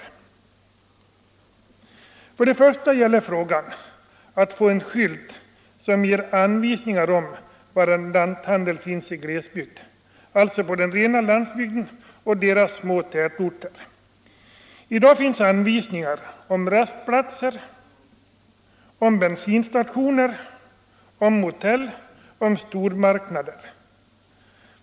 Till att börja med gäller frågan att få en skylt som ger anvisning om var en lanthandel finns i glesbygd, alltså på den rena landsbygden och i dess små tätorter. I dag finns anvisningar om rastplatser, om bensinstationer, om motell och om stormarknader.